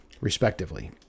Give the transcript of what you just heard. respectively